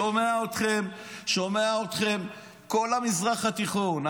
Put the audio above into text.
שומע אתכם כל המזרח התיכון,